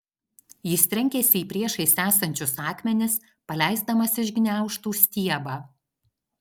jis trenkėsi į priešais esančius akmenis paleisdamas iš gniaužtų stiebą